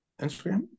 Instagram